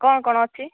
କଣ କଣ ଅଛି